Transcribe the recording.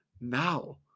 now